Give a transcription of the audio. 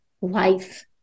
life